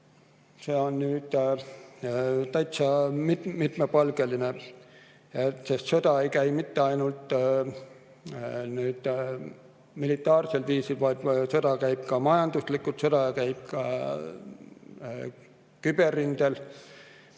See on nüüd täitsa mitmepalgeline, sest sõda ei käi mitte ainult militaarsel viisil, vaid sõda käib ka majanduslikult, käib ka küberrindel.